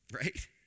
right